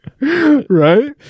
right